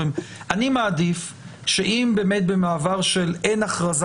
אני מעדיף שאם באמת במעבר של אין הכרזה